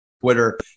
Twitter